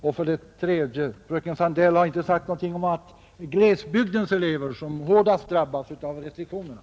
Slutligen har fröken Sandell inte sagt någonting om glesbygdens elever, som drabbas allra hårdast av restriktionerna.